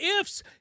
ifs